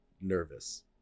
nervous